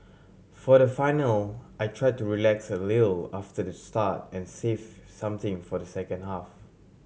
for the final I try to relax a after the start and save something for the second half